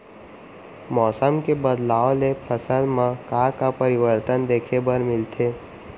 मौसम के बदलाव ले फसल मा का का परिवर्तन देखे बर मिलथे?